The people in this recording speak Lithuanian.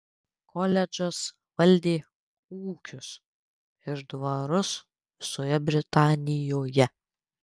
koledžas valdė ūkius ir dvarus visoje britanijoje